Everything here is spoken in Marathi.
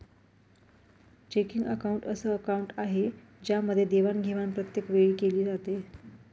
चेकिंग अकाउंट अस अकाउंट आहे ज्यामध्ये देवाणघेवाण प्रत्येक वेळी केली जाते